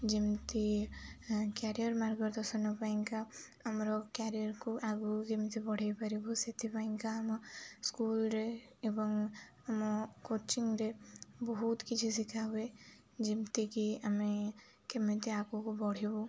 ଯେମିତି କ୍ୟାରିୟର୍ ମାର୍ଗଦର୍ଶନ ପାଇଁକା ଆମର କ୍ୟାରିୟର୍କୁ ଆଗକୁ କେମିତି ବଢ଼ାଇ ପାରିବୁ ସେଥିପାଇଁକା ଆମ ସ୍କୁଲ୍ରେ ଏବଂ ଆମ କୋଚିଂରେ ବହୁତ କିଛି ଶିଖା ହୁୁଏ ଯେମିତିକି ଆମେ କେମିତି ଆଗକୁ ବଢ଼ିବୁ